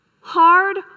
Hard